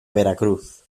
veracruz